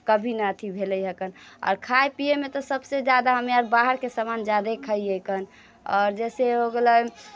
कभी नहि अथी भेलै हइ खन आओर खाइ पिएमे तऽ सबसँ ज्यादा हमे बाहरके सामान ज्यादा खइए खन आओर जइसे हो गेलै